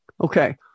Okay